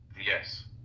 Yes